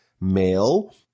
male